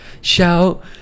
Shout